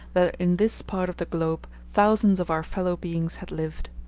that in this part of the globe thousands of our fellow-beings had lived.